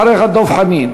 אחריך, דב חנין.